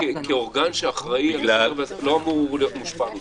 המשטרה כאורגן שאחראי על --- לא אמור להיות מושפע מזה.